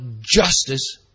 justice